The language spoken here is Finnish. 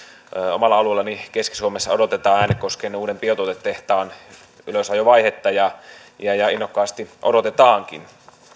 omalla alueellani keski suomessa odotetaan äänekosken uuden biotuotetehtaan ylösajovaihetta ja ja innokkaasti odotetaankin